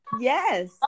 yes